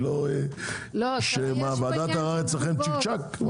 ועדת הערר אצלכם צ'יק-צ'ק?